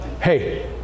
hey